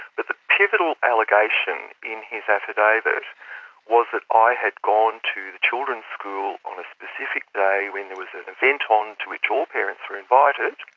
but the pivotal allegation in his affidavit was that i had gone to the children's school on a specific day when there was an event on to which all parents were invited,